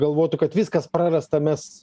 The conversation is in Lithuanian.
galvotų kad viskas prarasta mes